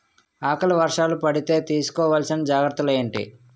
ఆకలి వర్షాలు పడితే తీస్కో వలసిన జాగ్రత్తలు ఏంటి?